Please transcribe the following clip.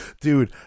Dude